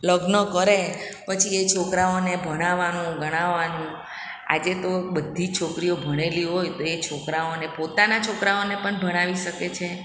લગ્ન કરે પછી એ છોકરાઓને ભણાવવાનું ગણાવવાનું આજે તો બધી જ છોકરીઓ ભણેલી હોય તો એ છોકરાઓને પોતાનાં છોકરાઓને પણ ભણાવી શકે છે